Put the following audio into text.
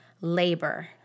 labor